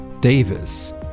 Davis